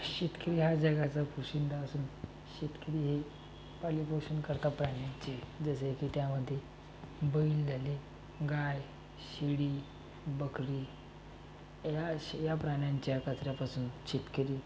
शेतकरी हा जगाचा पोशिंदा असून शेतकरी एक पालन पोषणकर्ता प्राणी जे जसे की त्यामध्ये बैल झाले गाय शेळी बकरी या अश या प्राण्यांच्या कचऱ्यापासून शेतकरी